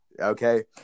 okay